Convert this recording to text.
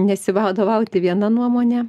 nesivadovauti viena nuomone